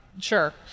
sure